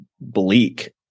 bleak